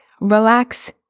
relax